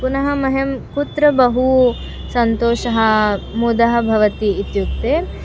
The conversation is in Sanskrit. पुनः मह्यं कुत्र बहु सन्तोषः मुदा भवति इत्युक्ते